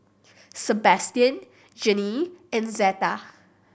Sebastian Jeannie and Zeta